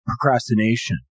procrastination